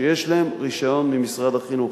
שיש להם רשיון ממשרד החינוך,